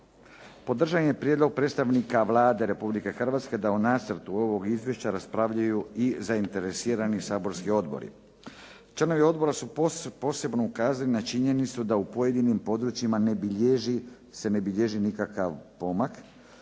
Podržan je prijedlog predstavnika Vlade Republike Hrvatske da o nacrtu ovog izvješća raspravljaju i zainteresirani saborski odbori. Članovi odbora su posebno ukazali na činjenicu da u pojedinim područjima se ne bilježi nikakav pomak